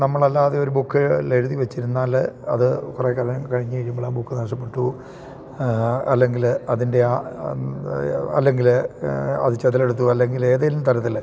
നമ്മളല്ലാതെ ഒര് ബുക്ക് അതിൽ എഴുതി വെച്ചിരുന്നാൽ അത് കുറേക്കാലം കഴിഞ്ഞു കഴിയുമ്പോൾ ആ ബുക്ക് നഷ്ടപ്പെട്ടുപോവും അല്ലെങ്കിൽ അതിൻ്റെ ആ അല്ലെങ്കിൽ അത് ചിതലെടുത്തു അല്ലെങ്കിൽ ഏതെങ്കിലും തരത്തിൽ